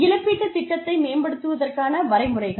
இழப்பீட்டுத் திட்டத்தை மேம்படுத்துவதற்கான வரைமுறைகள்